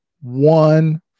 one